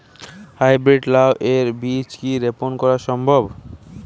High breed লাও এর বীজ কি রোপন করা সম্ভব?